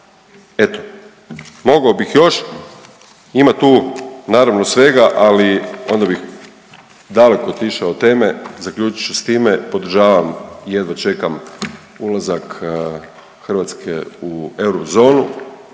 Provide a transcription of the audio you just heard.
Eto, mogao bih još, ima tu naravno svega, ali onda bih daleko otišao od teme, zaključit ću s time, podržavam i jedva čekam ulazak Hrvatske u eurozonu